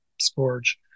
scourge